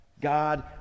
God